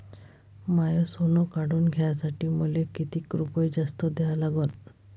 माय सोनं काढून घ्यासाठी मले कितीक रुपये जास्त द्या लागन?